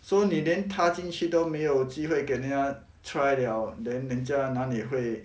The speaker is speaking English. so 你连踏进去都没有机会给人家 try liao then 人家哪里会